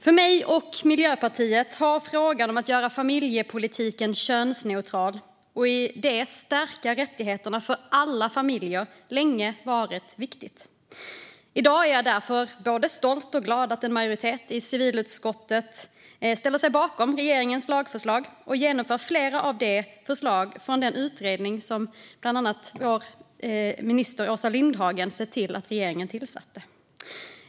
För mig och Miljöpartiet har frågan om att göra familjepolitiken könsneutral och på det sättet stärka rättigheterna för alla familjer länge varit viktig. I dag är jag därför både stolt och glad att en majoritet i civilutskottet ställer sig bakom regeringens lagförslag och genomför flera av förslagen från den utredning som bland annat vår minister Åsa Lindhagen såg till att regeringen tillsatte.